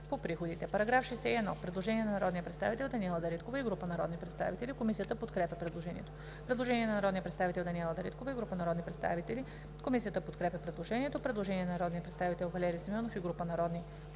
По § 61 има предложение на народния представител Даниела Дариткова и група народни представители. Комисията подкрепя предложението. Предложение на народния представител Даниела Дариткова и група народни представители. Комисията подкрепя предложението. Предложение на народния представител Валери Симеонов и група народни представители.